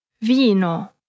Vino